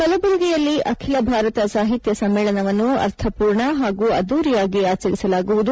ಕಲಬುರಗಿಯಲ್ಲಿ ಅಖಿಲ ಭಾರತ ಸಾಹಿತ್ಯ ಸಮ್ಮೇಳನವನ್ನು ಅರ್ಥ ಪೂರ್ಣ ಹಾಗೂ ಅದ್ದೂರಿಯಾಗಿ ಆಚರಿಸಲಾಗುವುದು